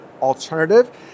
alternative